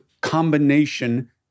combination